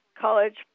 college